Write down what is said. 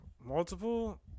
multiple